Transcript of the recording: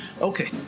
Okay